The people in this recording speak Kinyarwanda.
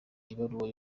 ibaruwa